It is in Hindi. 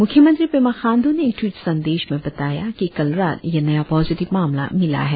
मुख्यमंत्री पेमा खांडू ने एक ट्वीट संदेश में बताया कि कल रात ये नया पॉजिटिव मामला मिला है